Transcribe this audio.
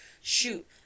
shoot